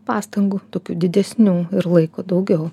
pastangų tokių didesnių ir laiko daugiau